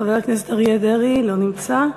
חבר הכנסת אריה דרעי, לא נמצא.